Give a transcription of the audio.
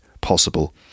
possible